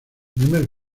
primer